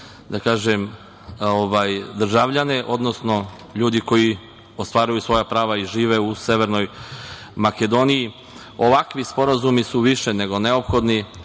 da kažem, državljana, odnosno ljudi koji ostvaruju svoja prava i žive u Severnoj Makedoniji. Ovakvi sporazumi su više nego neophodni